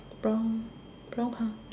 brown brown car